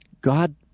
God—